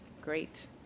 Great